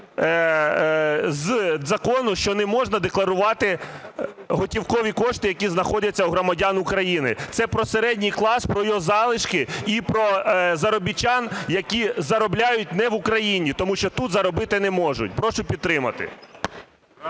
закону, що не можна декларувати готівкові кошти, які знаходяться в громадян України. Це про середній клас, про його залишки і про заробітчан, які заробляють не в Україні, тому що тут заробити не можуть. Прошу підтримати.